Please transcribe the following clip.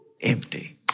empty